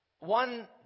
One